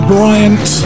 Bryant